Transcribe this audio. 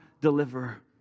deliverer